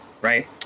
right